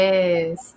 Yes